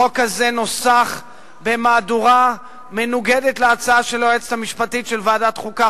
החוק הזה נוסח במהדורה מנוגדת להצעה של היועצת המשפטית של ועדת החוקה,